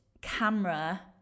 camera